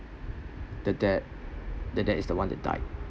the dad the dad is the one that died